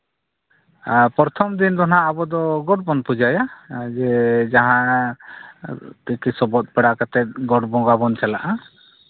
ᱟᱨ ᱯᱨᱚᱛᱷᱚᱢ ᱫᱤᱱ ᱫᱚ ᱦᱟᱸᱜ ᱟᱵᱚᱫᱚ ᱜᱚᱸᱰ ᱵᱚᱱ ᱯᱩᱡᱟᱹᱭᱮᱫᱼᱟ ᱡᱮ ᱡᱟᱦᱟᱸ ᱛᱤᱠᱤ ᱥᱚᱵᱚᱫ ᱵᱟᱲᱟ ᱠᱟᱛᱮᱫ ᱜᱚᱸᱰ ᱵᱚᱸᱜᱟ ᱵᱚᱱ ᱪᱟᱞᱟᱜᱼᱟ